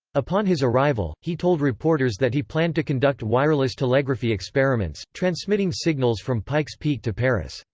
upon his arrival, he told reporters that he planned to conduct wireless telegraphy experiments, transmitting signals from pikes peak to paris.